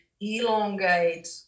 elongate